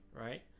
Right